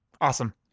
Awesome